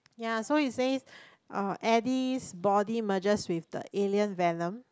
ya so he says uh Eddie's body merges with the alien Venom